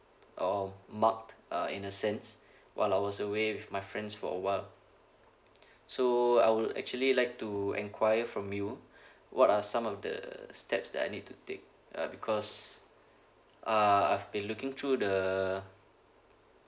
or marked uh in a sense while I was away with my friends for awhile so I would actually like to enquiry from you what are some of the steps that I need to take uh because uh I've been looking through the